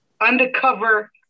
undercover